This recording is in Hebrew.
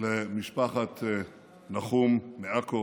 למשפחת נחום מעכו